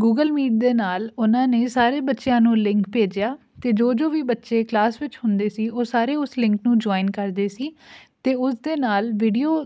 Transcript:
Google Meet ਦੇ ਨਾਲ ਉਹਨਾਂ ਨੇ ਸਾਰੇ ਬੱਚਿਆਂ ਨੂੰ ਲਿੰਕ ਭੇਜਿਆ ਅਤੇ ਜੋ ਜੋ ਵੀ ਬੱਚੇ ਕਲਾਸ ਵਿੱਚ ਹੁੰਦੇ ਸੀ ਉਹ ਸਾਰੇ ਉਸ ਲਿੰਕ ਨੂੰ ਜੁਆਇਨ ਕਰਦੇ ਸੀ ਅਤੇ ਉਸਦੇ ਨਾਲ ਵੀਡੀਓ